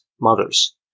mothers